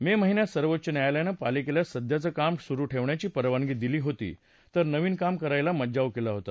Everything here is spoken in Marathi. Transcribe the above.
मे महिन्यात सर्वोच्च न्यायालयानं पालिकेला सध्याचं काम सुरु ठेवण्याची परवानगी दिली होती तर नवीन काम करायला मज्जाव केला होता